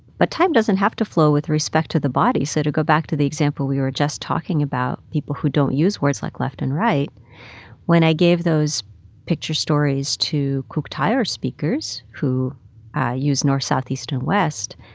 but time doesn't have to flow with respect to the body. so to go back to the example we were just talking about people who don't use words like left and right when i gave those picture stories to kuuk thaayorre speakers, who ah use north, south, east and west,